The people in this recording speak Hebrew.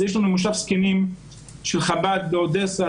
יש לנו מושב זקנים של חב"ד באודסה,